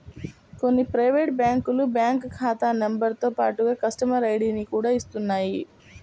కొన్ని ప్రైవేటు బ్యాంకులు బ్యాంకు ఖాతా నెంబరుతో పాటుగా కస్టమర్ ఐడిని కూడా ఇస్తున్నాయి